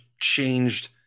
changed